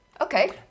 okay